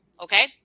Okay